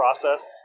process